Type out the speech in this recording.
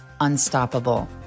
unstoppable